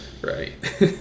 Right